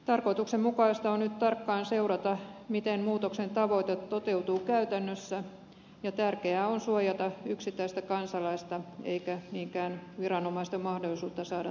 tarkoituksenmukaista on nyt tarkkaan seurata miten muutoksen tavoite toteutuu käytännössä ja tärkeää on suojata yksittäistä kansalaista eikä niinkään viranomaisten mahdollisuutta saada